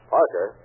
Parker